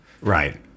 Right